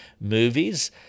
movies